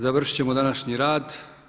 Završit ćemo današnji rad.